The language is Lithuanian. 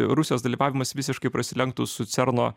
rusijos dalyvavimas visiškai prasilenktų su cerno